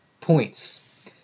points